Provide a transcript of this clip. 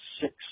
six